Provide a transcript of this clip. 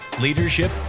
leadership